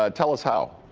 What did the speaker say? ah tell us how.